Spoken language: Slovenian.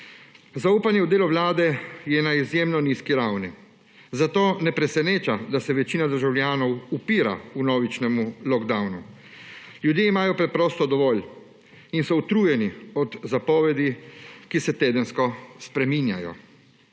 Zaupanje v delu vlade je na izjemno nizki ravni, zato ne preseneča, da se večina državljanov upira vnovičnemu lockdownu. Ljudje imajo preprosto dovolj in so utrujeni od zapovedi, ki se tedensko spreminjajo.